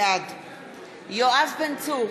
בעד יואב בן צור,